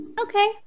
Okay